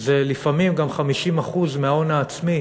זה לפעמים גם 50% מההון העצמי